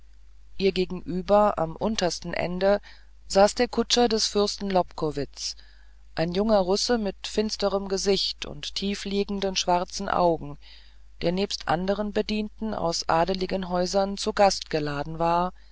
ihr gegenüber am untersten ende saß der kutscher des fürsten lobkowitz ein junger russe mit finsterem gesicht und tiefliegenden schwarzen augen der nebst anderen bedienten aus adligen häusern zu gast geladen war